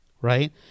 right